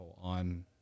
on